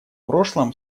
прошлом